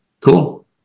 Cool